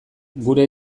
gure